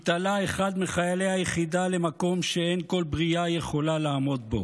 התעלה אחד מחיילי היחידה למקום שאין כל ברייה יכולה לעמוד בו.